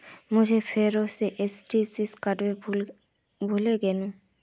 मुई फेरो से ए.टी.एम कार्डेर पिन भूले गेनू